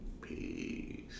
Peace